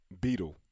Beetle